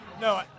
No